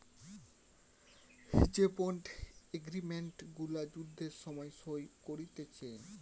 যে bond agreement গুলা যুদ্ধের সময় সই করতিছে